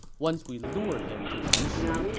once we lure him to nanxu,